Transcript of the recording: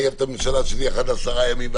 הממשלה ל-10 ימים,